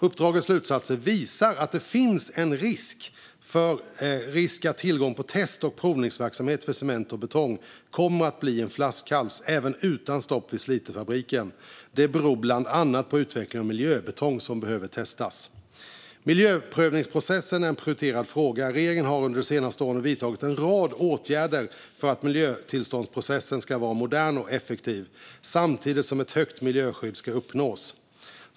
Uppdragets slutsatser visar att det finns en risk att tillgången på test och provningsverksamhet för cement och betong kommer att bli en flaskhals, även utan stopp vid Slitefabriken. Det beror bland annat på utveckling av miljöbetong som behöver testas. Miljöprövningsprocessen är en prioriterad fråga. Regeringen har under de senaste åren vidtagit en rad åtgärder för att miljötillståndsprocessen ska vara modern och effektiv, samtidigt som ett högt miljöskydd ska uppnås.